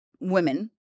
women